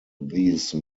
these